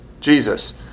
Jesus